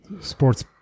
sports